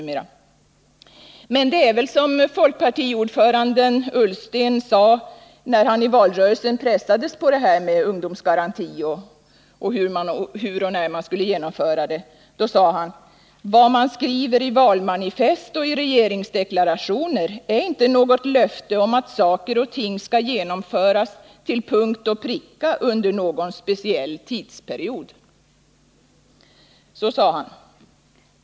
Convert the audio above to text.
Men det är väl som folkpartiordföranden Ola Ullsten sade när han i valrörelsen pressades på hur och när man skulle genomföra ungdomsgarantin: Vad man skriver i valmanifest och i regeringsdeklarationer är inte något löfte om att saker och ting skall genomföras till punkt och pricka under någon speciell tidsperiod. — Så sade han.